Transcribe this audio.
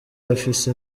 afise